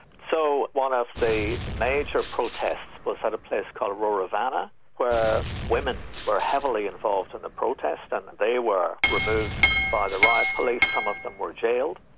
so one of the major protests was at a place called rorovana where women were heavily involved in the protest, and they were removed by the riot police, some of them were jailed,